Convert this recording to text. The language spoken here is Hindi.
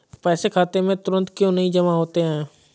पैसे खाते में तुरंत क्यो नहीं जमा होते हैं?